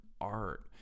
art